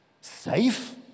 safe